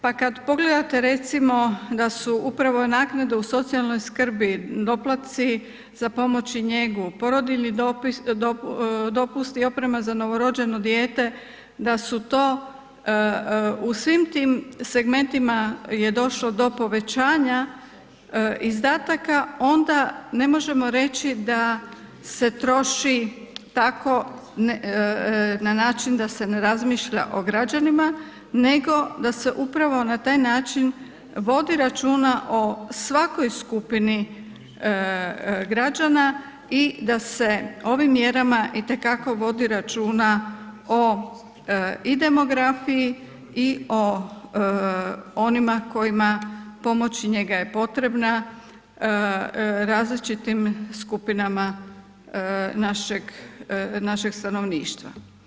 Pa kada pogledate recimo da su upravo naknade u socijalnoj skrbi doplaci za pomoć i njegu, porodiljni dopusti i oprema za novorođeno dijete da je u svim tim segmentima došlo do povećanja izdataka, onda ne možemo reći da se troši tako na način da se ne razmišlja o građanima nego da se upravo na taj način vodi računa o svakoj skupini građana mjerama i te kako vodi računa o i demografiji i o onima kojima pomoć i njega je potrebna, različitim skupinama našeg stanovništva.